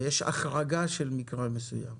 ויש החרגה של מקרה מסוים.